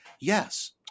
Yes